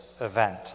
event